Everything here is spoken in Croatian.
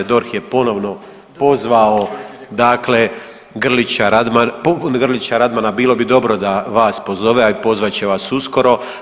DORH je ponovno pozvao dakle Grlića, Grlića Radmana bilo bi dobro da vas pozove, a i pozvat će vas uskoro.